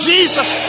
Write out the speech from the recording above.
Jesus